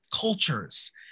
cultures